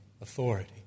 authority